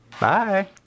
Bye